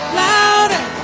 louder